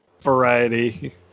variety